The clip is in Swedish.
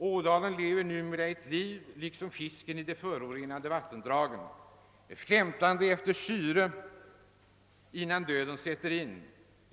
Ådalen lever numera ett liv, liksom fisken i de förorenade vattendragen, flämtande efter syre innan döden sätter in.